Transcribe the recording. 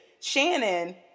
Shannon